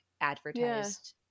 advertised